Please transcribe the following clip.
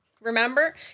Remember